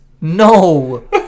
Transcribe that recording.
No